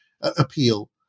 appeal